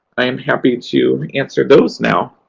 i am happy to answer those now.